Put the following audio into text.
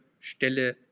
Stelle